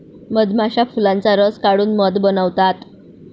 मधमाश्या फुलांचा रस काढून मध बनवतात